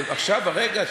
עכשיו, הרגע.